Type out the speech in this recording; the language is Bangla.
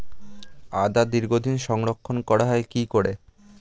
আদা দীর্ঘদিন সংরক্ষণ করা হয় কি করে?